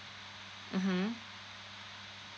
mmhmm